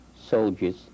soldiers